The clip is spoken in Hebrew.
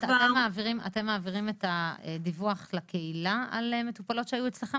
אתם מעבירים את הדיווח לקהילה על מטופלות שהיו אצלכם,